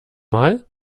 mal